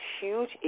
huge